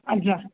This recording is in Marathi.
अच्छा